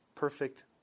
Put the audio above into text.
perfect